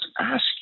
ask